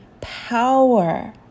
power